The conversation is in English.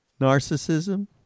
Narcissism